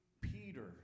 Peter